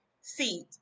seat